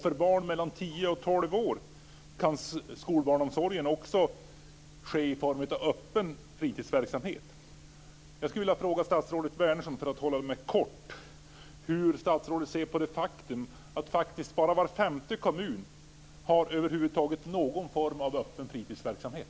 För barn mellan tio och tolv år kan skolbarnsomsorgen också ske i form av öppen fritidsverksamhet.